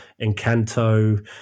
encanto